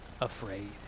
afraid